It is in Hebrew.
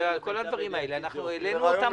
שאת כל הדברים האלה העלינו בדיון,